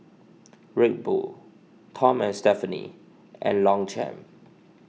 Red Bull Tom and Stephanie and Longchamp